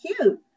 cute